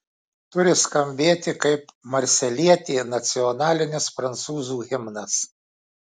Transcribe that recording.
turi skambėti kaip marselietė nacionalinis prancūzų himnas